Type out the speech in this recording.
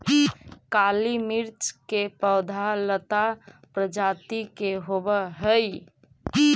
काली मिर्च के पौधा लता प्रजाति के होवऽ हइ